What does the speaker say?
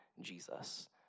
Jesus